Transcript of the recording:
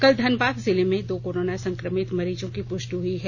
कल धनबाद जिले में दो कोरोना संक्रमित मरीजों की पुष्टि हुई है